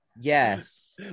yes